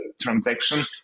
transaction